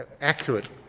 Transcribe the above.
accurate